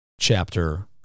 chapter